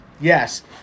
Yes